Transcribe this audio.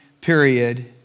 period